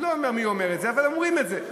אני לא אומר מי אומר את זה אבל אומרים את זה.